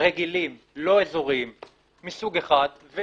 רגילים לא אזוריים מסוג אחד,